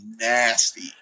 nasty